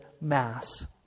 Mass